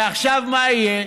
ועכשיו מה יהיה?